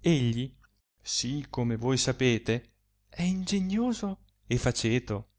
egli sì come voi sapete è ingenioso e faceto